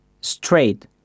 straight